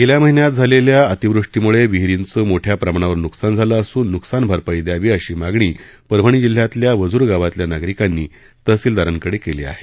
गेल्या महिन्यात झालेल्या अतिवृष्टीमुळे विहिरीचं मोठ्या प्रमाणावर नुकसान झाले असून नुकसान भरपाई द्यावी अशी मागणी परभणी जिल्ह्यातल्या वझुर गावातील नागरिकांनी तहसीलदारांकडे केली आहे